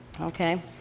Okay